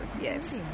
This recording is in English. Yes